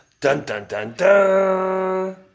Dun-dun-dun-dun